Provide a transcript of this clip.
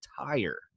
tire